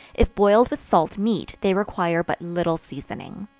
if boiled with salt meat, they require but little seasoning.